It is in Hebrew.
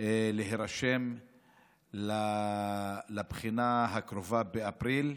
להירשם לבחינה הקרובה באפריל.